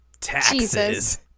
Taxes